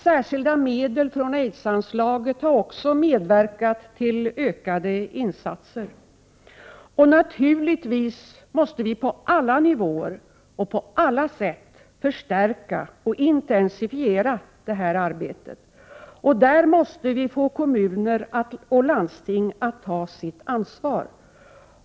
Särskilda medel från aidsanslaget har också medverkat till ökade insatser. Och naturligtvis måste vi på alla nivåer och på alla sätt förstärka och intensifiera detta arbete. Där måste vi få kommuner och landsting att ta sitt ansvar.